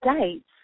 dates